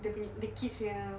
the the kids ya